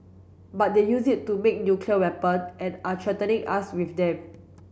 but they used it to make nuclear weapon and are threatening us with them